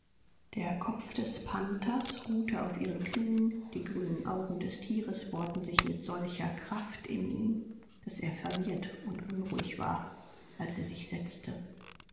der kopf des panthers ruhte auf ihren knieen die grünen augen des tieres bohrten sich mit solcher kraft in ihn daß er verwirrt und unruhig war als er sich setzte